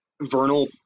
vernal